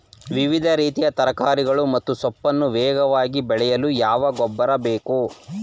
ವಿವಿಧ ರೀತಿಯ ತರಕಾರಿಗಳು ಮತ್ತು ಸೊಪ್ಪನ್ನು ವೇಗವಾಗಿ ಬೆಳೆಯಲು ಯಾವ ಗೊಬ್ಬರ ಬೇಕು?